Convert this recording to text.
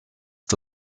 the